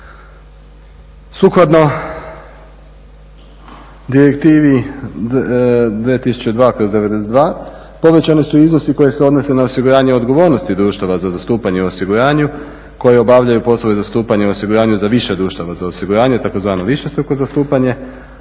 Sukladno direktivi 2002/92 povećani su iznosi koji se odnose na osiguranje odgovornosti društva za zastupanje u osiguranju koji obavljaju poslove zastupanja u osiguranju za više društva za osiguranje, tzv. višestruko zastupanje